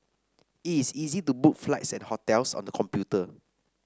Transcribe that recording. it's easy to book flights and hotels on the computer